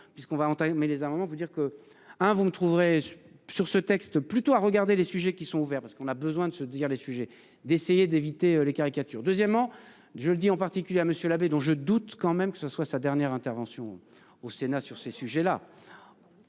puisqu'on va entamer mais les armements dire que hein vous me trouverez sur ce texte plutôt à regarder les sujets qui sont ouverts parce qu'on a besoin de se dire les sujets d'essayer d'éviter les caricatures. Deuxièmement, je le dis en particulier à monsieur l'abbé dont je doute quand même que ce soit sa dernière intervention au Sénat sur ces sujets-là.